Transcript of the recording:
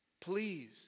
Please